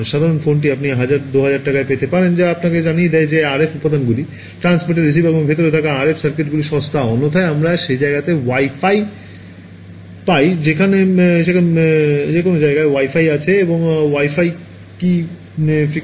সাধারণ ফোনটি আপনি 1000 2000 টাকায় পেতে পারেন যা আপনাকে জানিয়ে দেয় যে আরএফ উপাদানগুলি ট্রান্সমিটার রিসিভার এবং ভিতরে থাকা আরএফ সার্কিটরিটি সস্তা অন্যথায় আমরা যে জায়গাতেই ওয়াই ফাই পাই সেখানে যে কোনও জায়গায় ওয়াই ফাই আছে এবং ওয়াই ফাই কী ফ্রিকোয়েন্সিতে কাজ করে